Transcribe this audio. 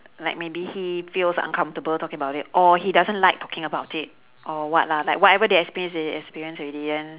like maybe he feels uncomfortable talking about it or he doesn't like talking about it or what lah like whatever they experience they experience already then